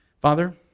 Father